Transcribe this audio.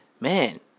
Man